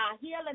healing